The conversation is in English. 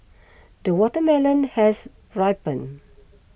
the watermelon has ripened